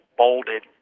bolded